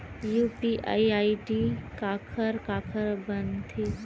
UPI ID काखर काखर बनथे?